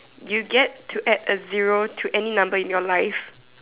you get to add a zero to any number in your life